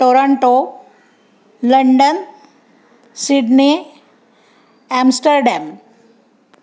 Toronto London Sydney Amsterdam